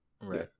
right